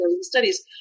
studies